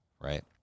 right